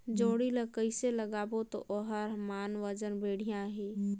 जोणी ला कइसे लगाबो ता ओहार मान वजन बेडिया आही?